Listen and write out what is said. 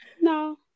No